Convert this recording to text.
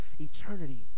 eternity